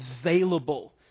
available